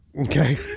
Okay